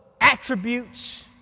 attributes